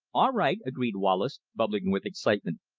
all right, agreed wallace, bubbling with excitement.